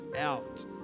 out